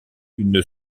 une